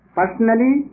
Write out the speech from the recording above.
personally